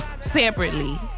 Separately